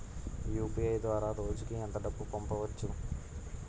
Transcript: UPI ద్వారా రోజుకి ఎంత డబ్బు పంపవచ్చు?